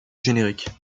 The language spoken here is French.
générique